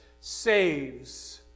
saves